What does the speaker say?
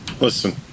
Listen